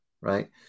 right